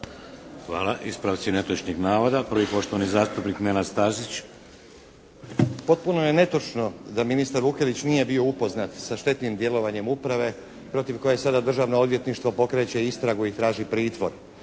(HDZ)** Ispravci netočnih navoda. Prvi, poštovani zastupnik Nenad Stazić. **Stazić, Nenad (SDP)** Potpuno je netočno da ministar Vukelić nije bio upoznat sa štetnim djelovanjem uprave protiv koje sada Državno odvjetništvo pokreće istragu i traži pritvor.